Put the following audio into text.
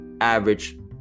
average